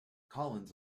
collins